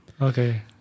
okay